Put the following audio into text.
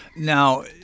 Now